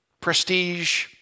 prestige